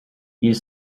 ils